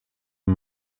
een